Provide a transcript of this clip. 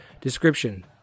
description